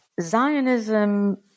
Zionism